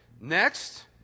Next